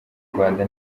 rwanda